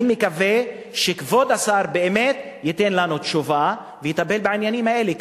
אני מקווה שכבוד השר באמת ייתן לנו תשובה ויטפל בעניינים האלה,